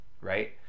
Right